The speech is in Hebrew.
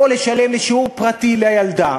או לשלם לשיעור פרטי לילדה,